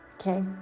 Okay